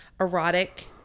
erotic